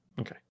Okay